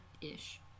Ish